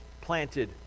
planted